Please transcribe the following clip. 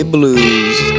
Blues